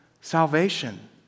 salvation